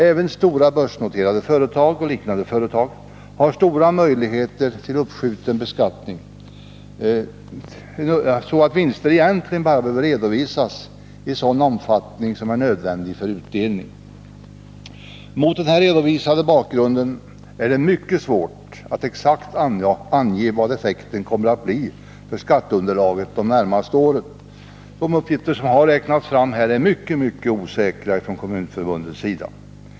Även stora, börsnoterade företag och liknande har så stora möjligheter till uppskjuten beskattning att vinster egentligen bara behöver redovisas i sådan omfattning som är nödvändig för utdelning. Mot den här redovisade bakgrunden är det mycket svårt att exakt ange vilken effekten kommer att bli på skatteunderlaget under de närmaste åren. De uppgifter som Kommunförbundet har räknat fram är mycket osäkra.